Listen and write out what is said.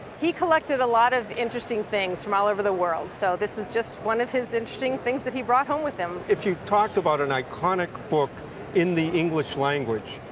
he collected a lot of interesting things from all over the world, so this is just one of his interesting things that he brought home with him. appraiser if you talked about an iconic book in the english language,